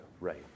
Right